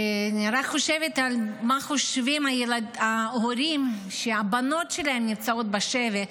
ואני רק חושבת על מה חושבים ההורים שהבנות שלהם נמצאות בשבי,